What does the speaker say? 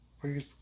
Please